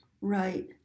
Right